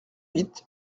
huit